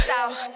South